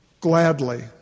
gladly